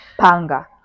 panga